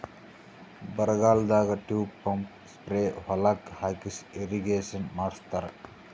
ಬರಗಾಲದಾಗ tube pump spray ಹೊಲಕ್ಕ್ ಹಾಕಿಸಿ ಇರ್ರೀಗೇಷನ್ ಮಾಡ್ಸತ್ತರ